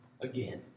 again